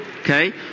Okay